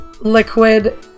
liquid